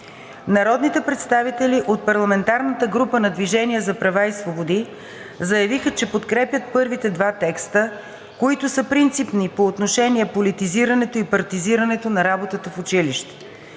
Народните представители от парламентарната група „Движение за права и свободи“ заявиха, че подкрепят първите два текста, които са принципни по отношение политизирането и партизирането на работата в училищата.